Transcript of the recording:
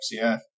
FCF